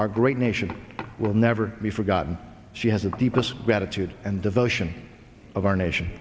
our great nation will never be forgotten she has a deepest gratitude and devotion of our nation